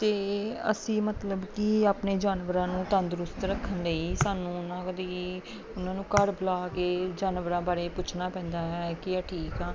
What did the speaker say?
ਅਤੇ ਅਸੀਂ ਮਤਲਬ ਕਿ ਆਪਣੇ ਜਾਨਵਰਾਂ ਨੂੰ ਤੰਦਰੁਸਤ ਰੱਖਣ ਲਈ ਸਾਨੂੰ ਉਹਨਾਂ ਦੀ ਉਹਨਾਂ ਨੂੰ ਘਰ ਬੁਲਾ ਕੇ ਜਾਨਵਰਾਂ ਬਾਰੇ ਪੁੱਛਣਾ ਪੈਂਦਾ ਹੈ ਕਿ ਇਹ ਠੀਕ ਆ